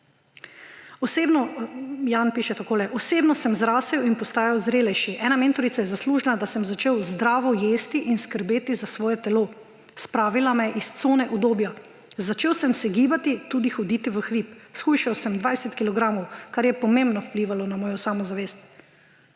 Jan piše takole: